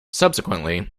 subsequently